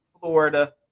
florida